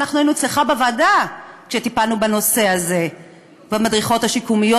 היינו אצלך בוועדה כשטיפלנו בנושא הזה של המדריכות השיקומיות.